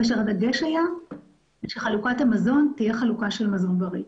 כאשר הדגש היה שחלוקת המזון תהיה חלוקה של מזון בריא.